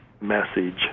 message